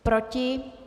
Proti?